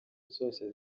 zose